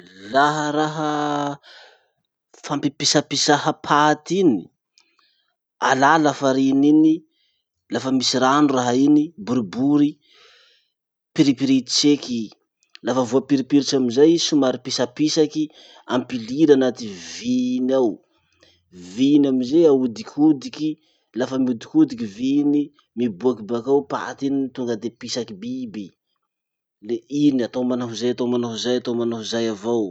Laha raha fampipisapisaha paty iny. Alà lafariny iny, lafa misy rano raha iny boribory, piripirity tseky i. Lafa voapiripiritsy amizay i somary pisapisaky, ampiliry anaty vy iny ao. Vy iny amizay aodikodiky, lafa miodikodiky vy iny, miboaky bakao paty iny, tonga de pisaky biby. Le iny, atao manao ho zay atao manao ho zay avao.